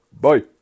Bye